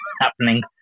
happening